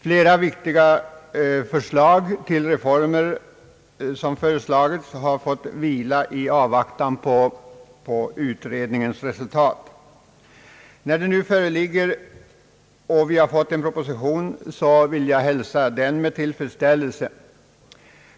Flera viktiga förslag till reformer har fått vila i avvaktan på utredningens resultat. När det nu föreligger och vi fått en proposition, vill jag hälsa denna med tillfredsställelse.